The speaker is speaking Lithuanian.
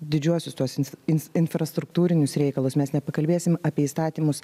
didžiuosius tuos ins in infrastruktūrinius reikalus mes nepakalbėsim apie įstatymus